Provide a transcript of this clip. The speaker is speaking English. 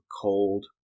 cold